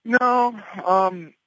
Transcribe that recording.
No